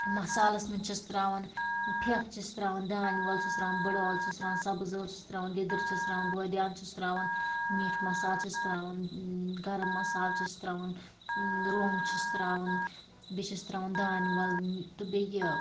مصالَس مَنٛز چھِس ترٛاوان پھیٚکھ چھِس ترٛاوان دانہِ وَل چھِس ترٛاوان بٕڑ ٲلہٕ چھِس ترٛاوان سبٕز ٲلہٕ چھِس ترٛاوان لدٕر چھِس ترٛاوان بٲدیان چھِس ترٛاون میٖٹ مصالہٕ چھِس ترٛاوان گرٕم مصالہٕ چھِس ترٛاوان رۄنٛگ چھِس ترٛاوان بیٚیہِ چھِس ترٛاوان دانہِ وَل مُ تہٕ بیٚیہِ یہِ